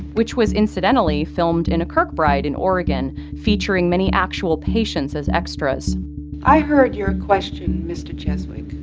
which was incidentally filmed in a kirkbride in oregon, featuring many actual patients as extras i heard your question, mr. cheswick,